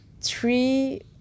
three